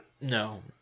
No